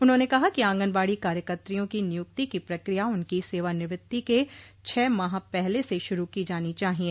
उन्होंने कहा कि आंगनबाड़ी कार्यकत्रियों की नियुक्ति की प्रक्रिया उनकी सेवानिवृत्ति के छह माह पहले से शुरू की जानी चाहिये